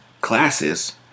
classes